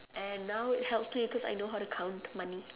and now it helps me cause I know how to count money